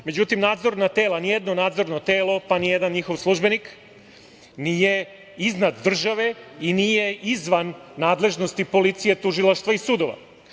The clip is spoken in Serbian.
Međutim, ni jedno nadzorno telo, pa ni jedan njihov službenik, nije iznad države i nije izvan nadležnosti policije, tužilaštva i sudova.